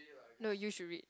no you should read